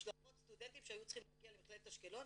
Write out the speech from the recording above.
משלחות סטודנטים שהיו צריכים להגיע למכללת אשקלון,